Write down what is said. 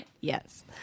Yes